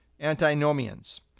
Antinomians